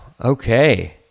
Okay